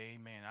Amen